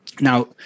Now